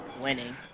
winning